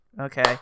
Okay